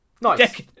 Nice